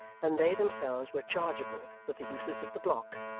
than they themselves were chargeable with the uses of the block,